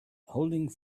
holding